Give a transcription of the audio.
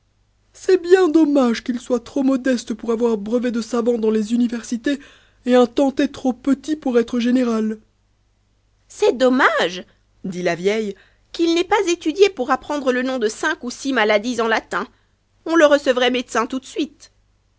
c'est bien dommage qu'il soit trop modeste pour avoir brevet de savant dans les universités et un tantet trop petit pour être générât c'est dommage dit la vieille qu'il n'ait pas étudié pour apprendre le nom de cinq ou six maladies on latin on le recevrait médecin tout do suite